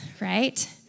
right